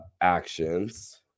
actions